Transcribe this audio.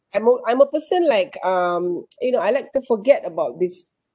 I'm a I'm a person like um you know I like to forget about this